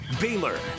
Baylor